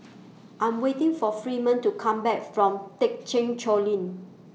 I'm waiting For Freeman to Come Back from Thekchen Choling